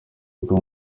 bwo